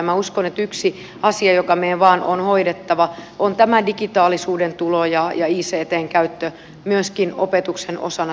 minä uskon että yksi asia joka meidän vain on hoidettava on tämä digitaalisuuden tulo ja ictn käyttö myöskin opetuksen osana